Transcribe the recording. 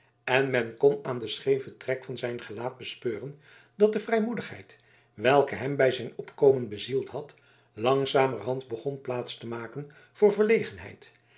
en men kon aan den scheeven trek van zijn gelaat bespeuren dat de vrijmoedigheid welke hem bij zijn opkomen bezield had langzamerhand begon plaats te maken voor verlegenheid